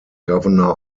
governor